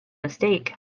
mistake